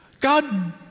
God